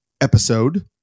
episode